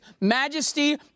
majesty